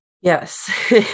Yes